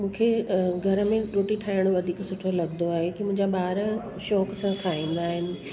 मूंखे घर में रोटी ठाहिणु वधीक सुठो लॻंदो आहे की मुंहिंजा ॿार शौक़ सां खाईंदा आहिनि